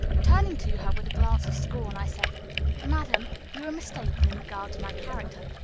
turning to her with a glance of scorn, i said madam, you are mistaken in regard to my character.